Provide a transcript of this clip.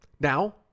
Now